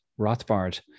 Rothbard